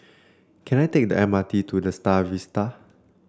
can I take the M R T to The Star Vista